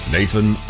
Nathan